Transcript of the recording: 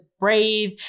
breathe